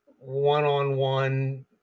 one-on-one